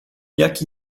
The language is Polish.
jak